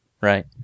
Right